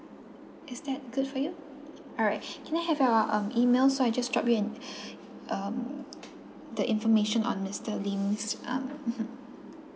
is that good for you alright can I have your um email so I just drop you an um the information on mister lim's um mmhmm